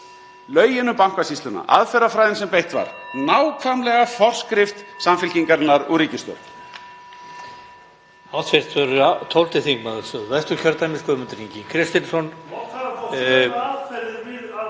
Lögin um Bankasýsluna, aðferðafræðin sem beitt var — nákvæmlega forskrift Samfylkingarinnar úr ríkisstjórn.